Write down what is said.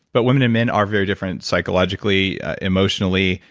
but women and men are very different psychologically emotionally,